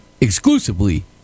exclusively